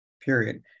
period